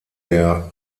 der